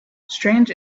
strange